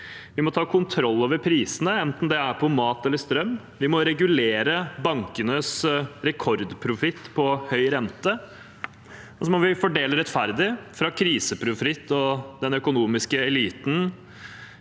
Vi må ta kontroll over prisene, enten det er på mat eller strøm, vi må regulere bankenes rekordprofitt på høy rente, og så må vi fordele rettferdig – fra kriseprofitt og den økonomiske eliten